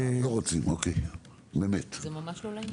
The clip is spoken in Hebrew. זה ממש לא לעניין.